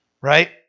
Right